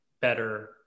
better